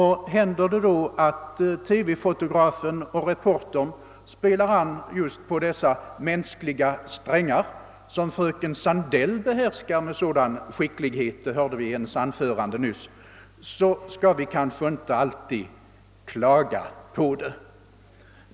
Händer det då att TV-fotografen och reportern spelar på just de mänskliga strängar som fröken Sandell behärskar med sådan skicklighet — det hörde vi i hennes anförande nyss — skall vi kanske inte alltid klaga på det.